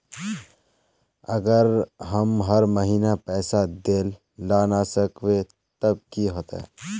अगर हम हर महीना पैसा देल ला न सकवे तब की होते?